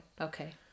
Okay